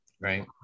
right